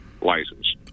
license